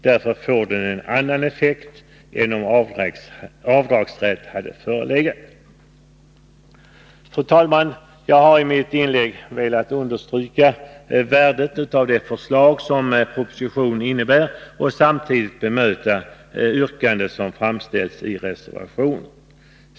Därmed får den en annan effekt än om avdragsrätt hade förelegat. Fru talman! Jag har med mitt inlägg velat understryka värdet av det förslag som proposition 197 innebär och samtidigt bemöta de yrkanden som framställts i reservationerna.